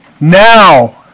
now